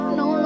no